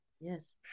Yes